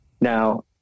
Now